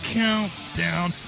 countdown